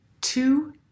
two